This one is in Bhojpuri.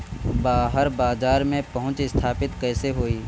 बाहर बाजार में पहुंच स्थापित कैसे होई?